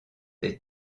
des